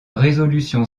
résolution